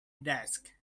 desk